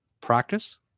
practice